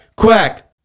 quack